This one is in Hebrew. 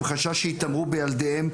מחשש שיתעמרו בילדיהם,